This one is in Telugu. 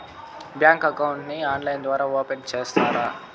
బ్యాంకు అకౌంట్ ని ఆన్లైన్ ద్వారా ఓపెన్ సేస్తారా?